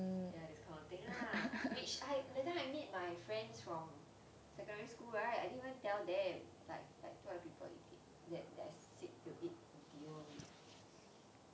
ya this kind of thing lah which I that time I meet my friends from secondary school right I didn't even tell them like like two other people eating that that I sit to eat dinner with